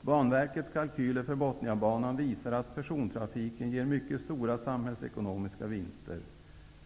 Banverkets kalkyler för Botniabanan visar att persontrafiken ger mycket stora samhällsekonomiska vinster.